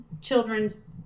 children's